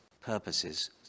purposes